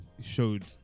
showed